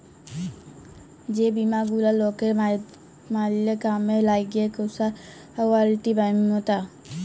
যে বীমা গুলা লকের ম্যালা কামে লাগ্যে ক্যাসুয়ালটি কমাত্যে